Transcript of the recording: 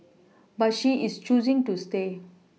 but she is choosing to stay